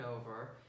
over